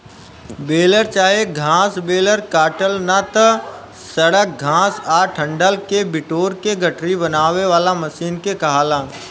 baler चाहे घास baler काटल ना त सड़ल घास आ डंठल के बिटोर के गठरी बनावे वाला मशीन के कहाला